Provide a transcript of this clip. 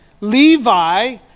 Levi